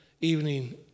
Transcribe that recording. evening